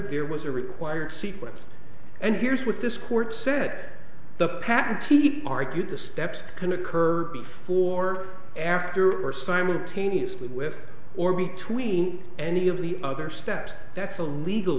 there was a required sequence and here's what this court said the patent teeth argued the steps can occur before after or simultaneously with or between any of the other steps that's a legal